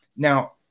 Now